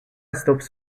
stops